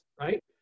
right